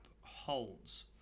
holds